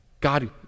God